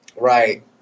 Right